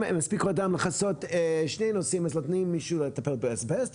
מספיק כוח אדם לכסות שני נושאים אז נותנים למישהו לטפל באסבסט,